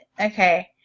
Okay